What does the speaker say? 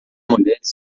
mulheres